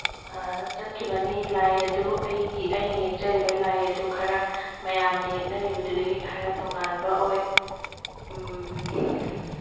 ꯆꯠꯈꯤꯕꯅꯤ ꯂꯥꯏ ꯑꯗꯨ ꯑꯩꯒꯤ ꯑꯩꯅ ꯌꯦꯛꯆꯔꯤꯕ ꯂꯥꯏ ꯑꯗꯨ ꯈꯔ ꯃꯌꯥꯝꯅ ꯌꯦꯛꯅꯔꯤꯕꯗꯨꯗꯒꯤ ꯈꯔ ꯇꯣꯉꯥꯟꯕ ꯑꯣꯏ